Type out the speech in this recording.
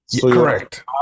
Correct